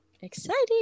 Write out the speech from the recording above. Exciting